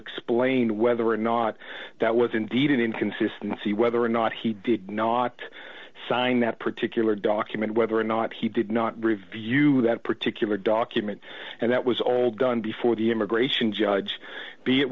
explain whether or not that was indeed an inconsistency whether or not he did not sign that particular document whether or not he did not review that particular document and that was all done before the immigration judge be it